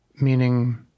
meaning